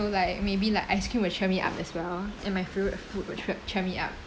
so like maybe like ice cream will cheer me up as well and my favourite food which will cheer me up